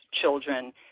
children